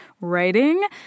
writing